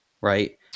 Right